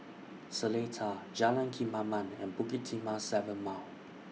Seletar Jalan Kemaman and Bukit Timah seven Mile